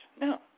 No